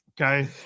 Okay